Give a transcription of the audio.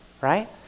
right